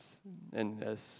and as